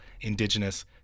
Indigenous